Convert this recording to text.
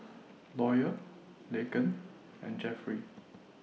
Lawyer Laken and Jeffrey